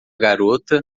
garota